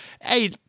hey